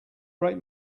break